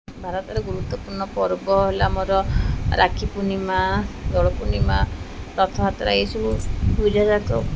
ଭାରତରେ ଗୁରୁତ୍ୱପୂର୍ଣ୍ଣ ପର୍ବ ହେଲା ଆମର ରାକ୍ଷୀ ପୂର୍ଣ୍ଣିମା ଦୋଳପୂର୍ଣ୍ଣିମା ରଥଯାତ୍ରା ଏଇସବୁ ପୂଜାଜାତ